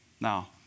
Now